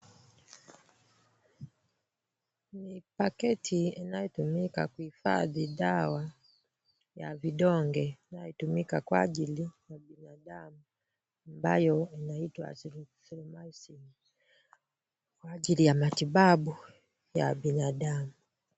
Ni paketi inayotumika kuhifadhi dawa ya vidonge inayotumika kwa ajili ya binadamu ambayo inaitwa Azithromycin kwa ajili ya matibabu ya binadamu.